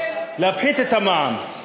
להפחית את המע"מ,